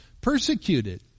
persecuted